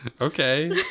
Okay